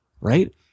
right